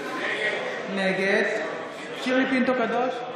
נגד שירלי פינטו קדוש,